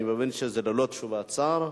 אני מבין שזה ללא תשובת שר.